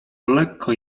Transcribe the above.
lekko